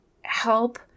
help